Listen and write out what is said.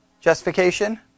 justification